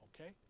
okay